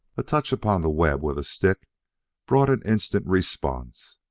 a touch upon the web with a stick brought an instant response.